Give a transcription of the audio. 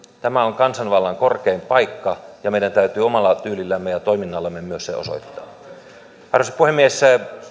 tämä on kansanvallan korkein paikka ja meidän täytyy omalla tyylillämme ja toiminnallamme myös se osoittaa arvoisa puhemies